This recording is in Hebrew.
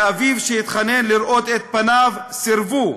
לאביו, שהתחנן לראות את פניו, סירבו.